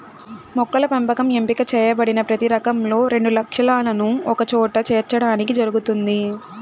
మొక్కల పెంపకం ఎంపిక చేయబడిన ప్రతి రకంలో రెండు లక్షణాలను ఒకచోట చేర్చడానికి జరుగుతుంది